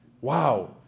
Wow